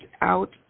out